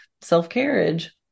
self-carriage